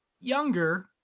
younger